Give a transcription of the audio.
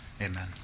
Amen